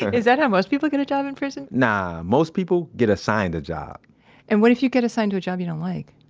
is that how most people get a job in prison? nah, most people get assigned a job and what if you get assigned a job you don't like?